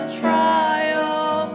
trial